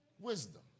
wisdom